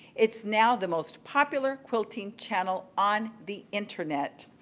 it's now the most popular quilting channel on the internet.